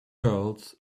girls